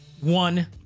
one